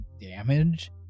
damage